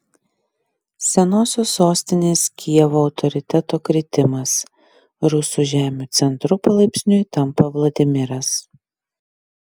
senosios sostinės kijevo autoriteto kritimas rusų žemių centru palaipsniui tampa vladimiras